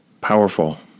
Powerful